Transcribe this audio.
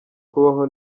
kubaho